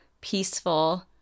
peaceful